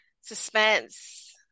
suspense